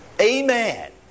amen